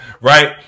Right